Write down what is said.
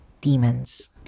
demons